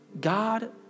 God